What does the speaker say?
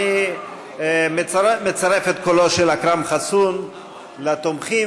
אני מצרף את קולו של אכרם חסון לתומכים,